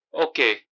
Okay